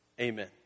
Amen